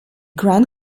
grand